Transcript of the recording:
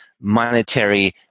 monetary